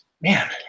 man